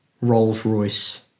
Rolls-Royce